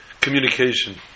Communication